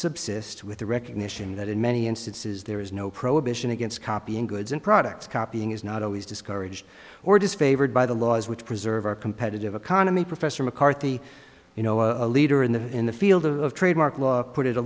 subsist with the recognition that in many instances there is no prohibition against copying goods and products copying is not always discouraged or it is favored by the laws which preserve our competitive economy professor mccarthy you know a leader in the in the field of trademark law put it a